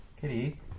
Kitty